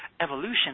evolution